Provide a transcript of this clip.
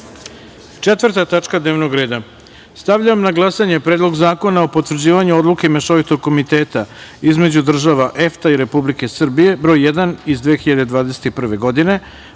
zakona. Četvrta tačka dnevnog reda. Stavljam na glasanje Predlog zakona o potvrđivanju Odluke Mešovitog komiteta između država EFTA i Republike Srbije broj 1. iz 2021. godine